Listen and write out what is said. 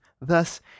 Thus